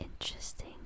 interesting